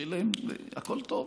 שילם והכול טוב.